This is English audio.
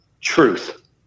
truth